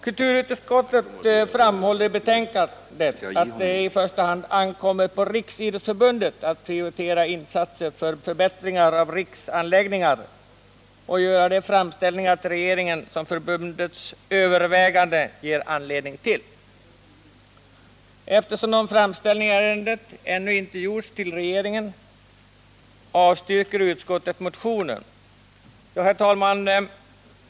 Kulturutskottet framhåller i betänkandet att det i första hand ankommer på Riksidrottsförbundet att prioritera insatser för förbättringar av riksanläggningar och göra de framställningar till regeringen som förbundets överväganden ger anledning till. Eftersom någon framställning i ärendet ännu inte gjorts till regeringen avstyrker utskottet motionen. Herr talman!